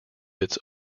its